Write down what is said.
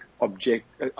object